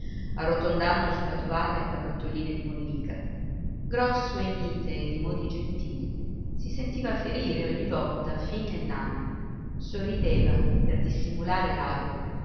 arrotondando su la tovaglia pallottoline di mollica grosso e mite e di modi gentili si sentiva ferire ogni volta fin nell'anima sorrideva per dissimulare l'agro